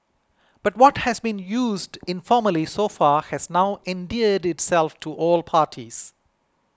but what has been used informally so far has now endeared itself to all parties